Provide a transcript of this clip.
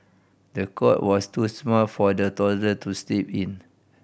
the cot was too small for the toddler to sleep in